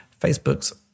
Facebook's